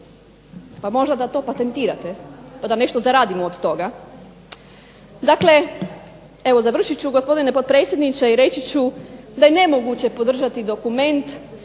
Pa možda da to patentirate, pa da nešto zaradimo od toga. Dakle, evo završit ću gospodine potpredsjedniče i reći ću da je nemoguće podržati dokument